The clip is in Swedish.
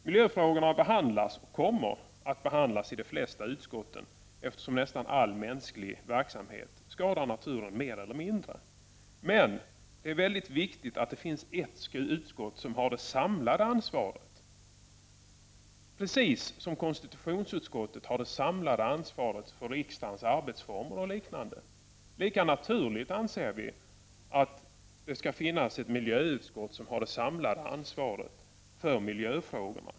Miljöfrågorna behandlas och kommer att behandlas i de flesta utskotten, eftersom nästan all mänsklig verksamhet skadar naturen mer eller mindre. Men det är väldigt viktigt att det finns ett utskott som har det samlade ansvaret. Precis som konstitutionsutskottet har det samlade ansvaret för riksdagens arbetsformer och liknande, lika naturligt anser vi att det skall finnas ett miljöutskott som har det samlade ansvaret för miljöfrågorna.